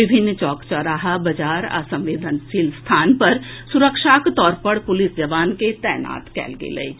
विभिन्न चौक चौराहा बाजार आ संवेदनशील स्थान पर सुरक्षाक तौर पर पुलिस जवान के तैनात कयल गेल अछि